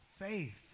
faith